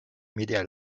media